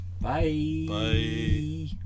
Bye